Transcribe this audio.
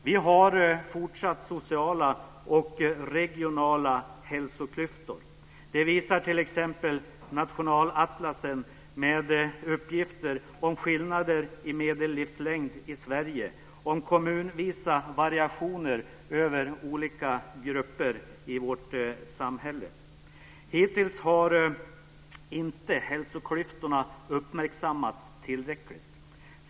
Vi har fortsatt sociala och regionala hälsoklyftor. Det visar t.ex. Nationalatlasen, med uppgifter om skillnader i medellivslängd i Sverige och om kommunvisa variationer över olika grupper i vårt samhälle. Hittills har inte hälsoklyftorna uppmärksammats tillräckligt.